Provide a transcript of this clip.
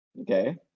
Okay